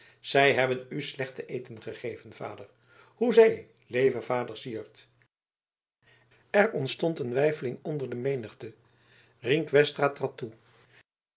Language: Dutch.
zij hebben u slecht te eten gegeven vader hoezee leve vader syard er ontstond een weifeling onder de menigte rienk westra trad toe